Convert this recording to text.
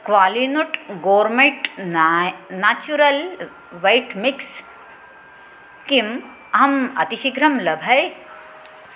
Qualinut gourmet नाय् natural wet mix किम् अहम् अतिशीघ्रं लभै